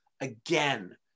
again